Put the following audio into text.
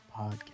podcast